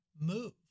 move